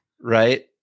Right